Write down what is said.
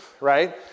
right